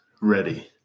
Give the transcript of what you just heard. ready